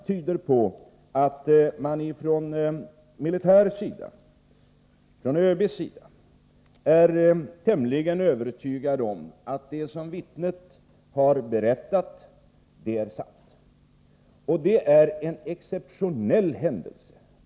ÖB är tydligen övertygad om att det som vittnet har berättat är sant, och det är en exceptionell händelse.